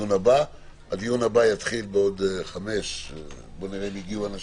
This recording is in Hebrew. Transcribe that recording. הישיבה ננעלה בשעה 13:00.